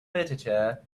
literature